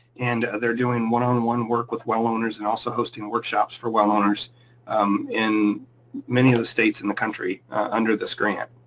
and they're doing one on one work with well owners and also hosting workshops for well owners in many of the states in the country under this grant,